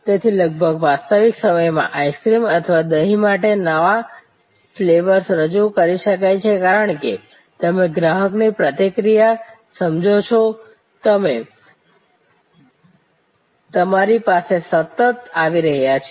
તેથી લગભગ વાસ્તવિક સમયમાં આઈસ્ક્રીમ અથવા દહીં માટે નવા ફ્લેવર્સ રજૂ કરી શકાય છે કારણ કે તમે ગ્રાહકની પ્રતિક્રિયા સમજો છો તે તમારી પાસે સતત આવી રહી છે